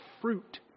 fruit